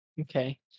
Okay